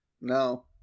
No